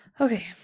okay